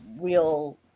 real